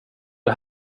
det